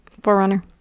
Forerunner